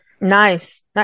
Nice